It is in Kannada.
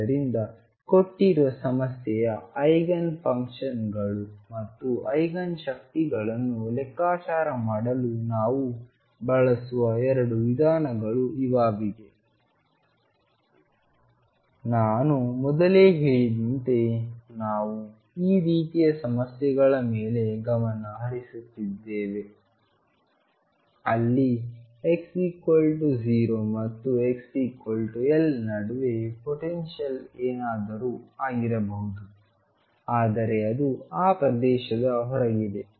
ಆದ್ದರಿಂದ ಕೊಟ್ಟಿರುವ ಸಮಸ್ಯೆಯ ಐಗನ್ ಫಂಕ್ಷನ್ಗಳು ಮತ್ತು ಐಗನ್ ಶಕ್ತಿಗಳನ್ನು ಲೆಕ್ಕಾಚಾರ ಮಾಡಲು ನಾವು ಬಳಸುವ ಎರಡು ವಿಧಾನಗಳು ಇವುಗಳಾಗಿವೆ ನಾನು ಮೊದಲೇ ಹೇಳಿದಂತೆ ನಾವು ಈ ರೀತಿಯ ಸಮಸ್ಯೆಗಳ ಮೇಲೆ ಗಮನ ಹರಿಸುತ್ತಿದ್ದೇವೆ ಅಲ್ಲಿ x 0 ಮತ್ತು x L ನಡುವೆ ಪೊಟೆನ್ಶಿಯಲ್ ಏನಾದರೂ ಆಗಿರಬಹುದು ಆದರೆ ಅದು ಆ ಪ್ರದೇಶದ ಹೊರಗಿದೆ